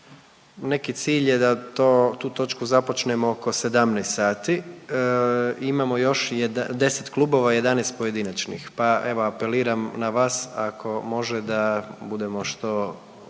Neki cilj je da to, tu točku započnemo oko 17 sati. Imamo još 10 klubova i 11 pojedinačnih, pa evo apeliram na vas ako može da budemo što